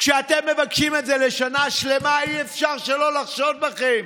כשאתם מבקשים את זה לשנה שלמה אי-אפשר שלא לחשוד בכם,